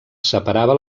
separava